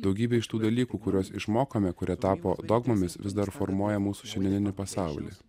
daugybė iš tų dalykų kuriuos išmokome kurie tapo dogmomis vis dar formuoja mūsų šiandieninį pasaulį